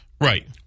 right